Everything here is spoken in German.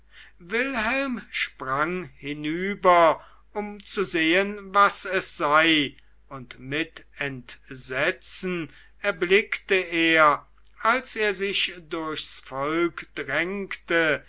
wilhelm sprang hinüber um zu sehen was es sei und mit entsetzen erblickte er als er sich durchs volk drängte